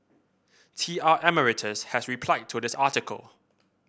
T R Emeritus has replied to this article